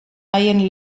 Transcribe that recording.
haien